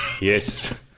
Yes